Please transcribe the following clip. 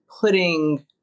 putting